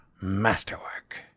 masterwork